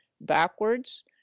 backwards